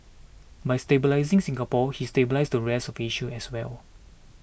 by stabilising Singapore he stabilised the rest of Asia as well